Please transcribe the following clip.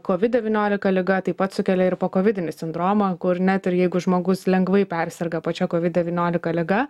kovid devyniolika liga taip pat sukelia ir pokovidinį sindromą kur net ir jeigu žmogus lengvai perserga pačia kovid devyniolika liga